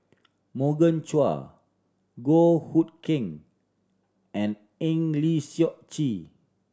Morgan Chua Goh Hood Keng and Eng Lee Seok Chee